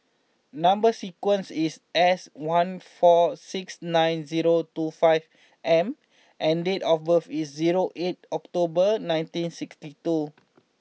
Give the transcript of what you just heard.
number sequence is S one four six nine zero two five M and date of birth is zero eight October nineteen sixty two